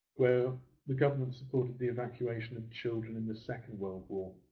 where the government supported the evacuation of children in the second world war.